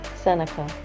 Seneca